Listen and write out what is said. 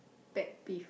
pet peeve